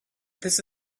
this